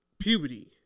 puberty